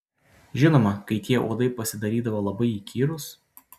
žinoma kai tie uodai pasidarydavo labai įkyrūs